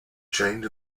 chained